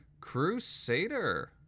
Crusader